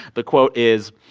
the quote is